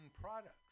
products